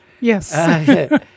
Yes